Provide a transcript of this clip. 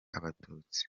abatutsi